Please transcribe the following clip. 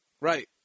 Right